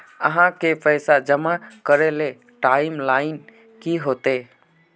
आहाँ के पैसा जमा करे ले टाइम लाइन की होते?